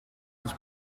was